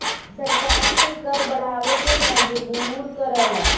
सरकार के कर बढ़ावे पे मजबूर करला